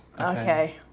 Okay